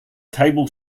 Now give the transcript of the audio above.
table